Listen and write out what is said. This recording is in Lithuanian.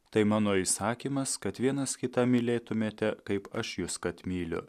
tai mano įsakymas kad vienas kitą mylėtumėte kaip aš jus kad myliu